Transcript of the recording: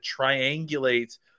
triangulate